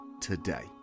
today